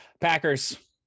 packers